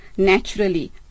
Naturally